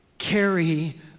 carry